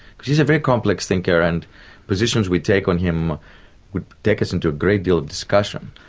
because he's a very complex thinker, and positions we take on him would take us into a great deal of discussion,